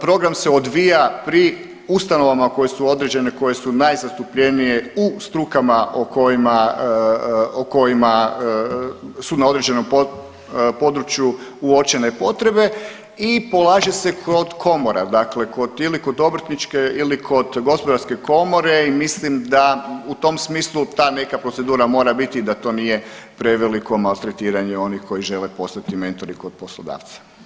Program se odvija pri ustanovama koje su određene koje su najzastupljenije u strukama o kojima su na određenom području uočene potrebe i polaže se kod komora, dakle ili kod Obrtničke ili kod Gospodarske komore i mislim da u tom smislu ta neka procedura mora biti i da to nije preveliko maltretiranje onih koji žele postati mentori kod poslodavca.